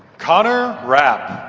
connor rapp.